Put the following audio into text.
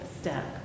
step